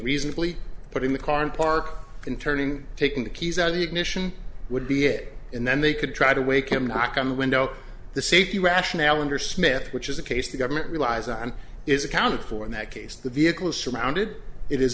reasonably putting the car and park in turning taking the keys out of the ignition would be it and then they could try to wake him knock on the window the safety rationale under smith which is the case the government relies on is accounted for in that case the vehicle surrounded it is